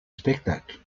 spectacles